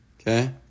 Okay